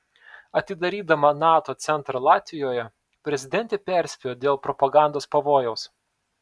atidarydama nato centrą latvijoje prezidentė perspėjo dėl propagandos pavojaus